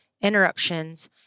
interruptions